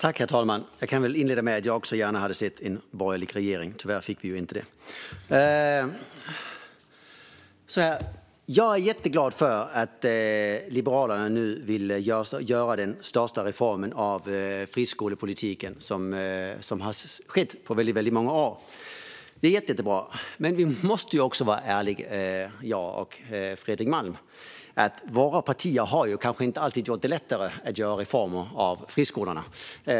Herr talman! Jag kan inleda med att jag också gärna hade sett en borgerlig regering, men tyvärr fick vi ju inte det. Jag är jätteglad för att Liberalerna nu vill göra den största reformen av friskolepolitiken som skett på väldigt många år. Det är jättebra. Men jag och Fredrik Malm måste också vara ärliga med att våra partier kanske inte alltid har gjort det lättare att reformera friskolorna.